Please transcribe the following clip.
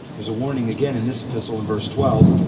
there's a warning again in this epistle in verse twelve.